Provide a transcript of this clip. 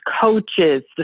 coaches